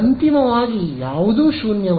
ಅಂತಿಮವಾಗಿ ಯಾವುದೂ ಶೂನ್ಯವಲ್ಲ